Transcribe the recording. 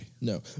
No